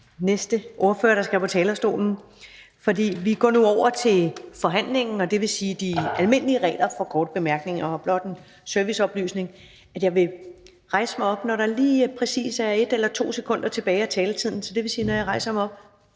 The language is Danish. korte bemærkninger til ministeren. Vi går nu over til forhandlingen, og det vil sige til de almindelige regler for korte bemærkninger. Og blot en serviceoplysning: Jeg vil rejse mig op, når der lige præcis er 1 eller 2 sekunder tilbage af taletiden. Og det vil sige, at når jeg rejser mig op,